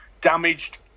damaged